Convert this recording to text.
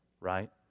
right